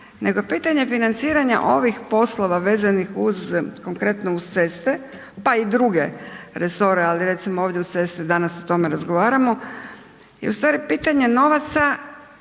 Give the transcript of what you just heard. nego pitanje financiranja ovih poslova vezanih konkretno uz ceste pa i druge resore ali recimo ovdje uz ceste danas o tome razgovaramo i ustvari pitanje novaca